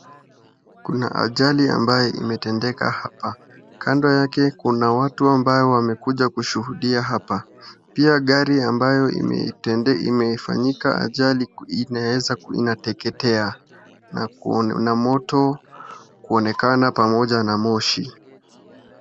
Kuna ajali ambaye imetendeka hapa kando yake kuna watu ambao wamekuja kushuhudia hapa. Pia gari ambayo imetendeka imefanyika ajali inaweza inateketea na na moto kuonekana pamoja na moshi.